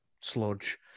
sludge